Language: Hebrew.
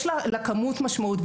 לכמות יש משמעות.